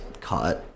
caught